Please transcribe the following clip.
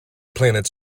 planets